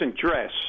dress